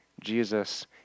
Jesus